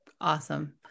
Awesome